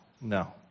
no